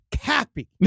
happy